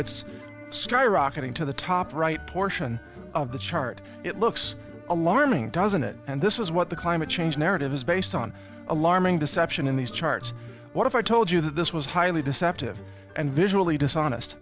it's skyrocketing to the top right portion of the chart it looks alarming doesn't it and this is what the climate change narrative is based on alarming deception in these charts what if i told you that this was highly deceptive and visually dishonest